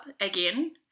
again